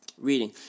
reading